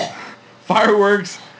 Fireworks